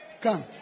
Come